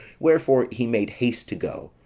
wherefore he made haste to go,